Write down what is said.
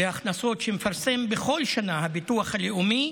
בהכנסות שמפרסם בכל שנה הביטוח הלאומי,